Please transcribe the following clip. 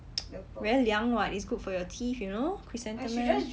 very 凉 [what] is good for your teeth you know chrysanthemum